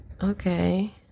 Okay